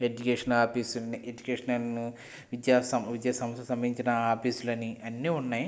education office educational విద్యాసం విద్యా సంస్థల సంబంధించిన ఆఫీసులని అన్నీ ఉన్నాయి